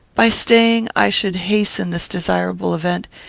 by staying, i should hasten this desirable event,